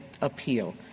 appeal